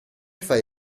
fai